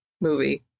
movie